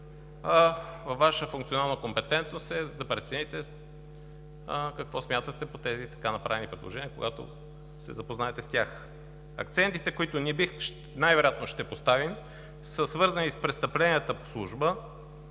Ваша функционална компетентност е да прецените какво смятате по тези така направени предложения, когато се запознаете с тях. Акцентите, които най-вероятно ще поставим, са свързани с престъпленията по служба,